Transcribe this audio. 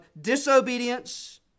disobedience